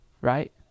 right